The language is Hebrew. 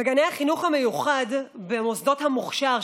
וגני החינוך המיוחד במוסדות המוכש"ר,